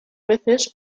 veces